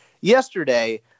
Yesterday